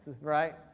right